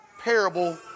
parable